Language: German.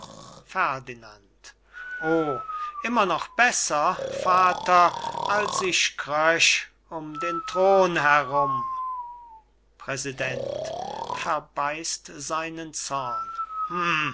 ferdinand o immer noch besser vater als ich kröch um den thron herum präsident verbeißt